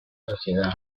sociedad